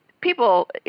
people